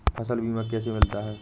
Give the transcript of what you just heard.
फसल बीमा कैसे मिलता है?